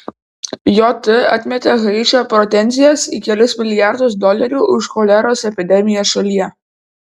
jt atmetė haičio pretenzijas į kelis milijardus dolerių už choleros epidemiją šalyje